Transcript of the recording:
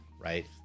right